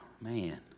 man